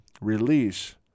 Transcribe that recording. release